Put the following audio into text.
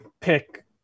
Pick